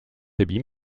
abîme